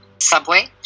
subway